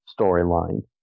storyline